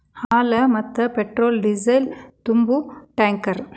ಹಾಲ, ಮತ್ತ petrol diesel ತುಂಬು ಟ್ಯಾಂಕರ್